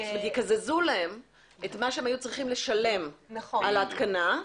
יקזזו להם את מה שהיו צריכים לשלם על ההתקנה,